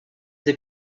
they